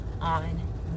on